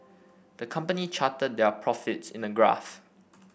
the company charted their profits in a graph